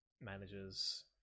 managers